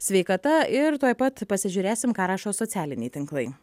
sveikata ir tuoj pat pasižiūrėsim ką rašo socialiniai tinklai